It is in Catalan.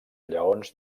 lleons